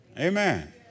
Amen